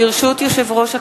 ברשות יושב-ראש הכנסת,